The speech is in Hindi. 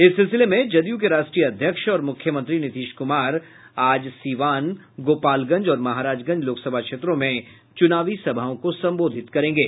इस सिलसिले में जदयू के राष्ट्रीय अध्यक्ष और मुख्यमंत्री नीतीश कुमार आज सीवान गोपालगंज और महराजगंज लोकसभा क्षेत्रों में चुनावी सभाओं को संबोधित करेंगे